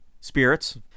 spirits